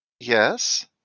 Yes